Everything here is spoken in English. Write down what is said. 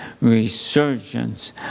resurgence